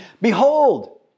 Behold